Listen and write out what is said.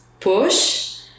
push